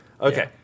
Okay